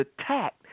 attacked